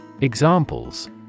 Examples